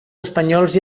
espanyols